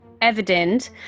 evident